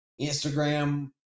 Instagram